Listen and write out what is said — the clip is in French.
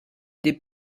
des